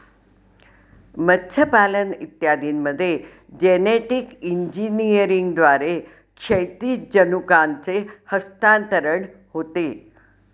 मत्स्यपालन इत्यादींमध्ये जेनेटिक इंजिनिअरिंगद्वारे क्षैतिज जनुकांचे हस्तांतरण होते